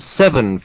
seven